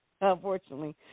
unfortunately